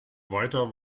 weiter